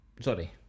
sorry